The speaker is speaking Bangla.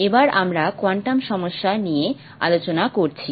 এবার আমরা কোয়ান্টাম সমস্যা নিয়ে আলোচনা করছি